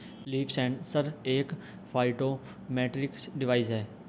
leaf sensor एक phytometric device है